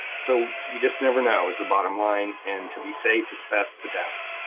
so you just never know, is the bottomline. and to be safe, it's best to test.